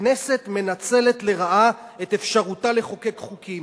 הכנסת מנצלת לרעה את אפשרותה לחוקק חוקים.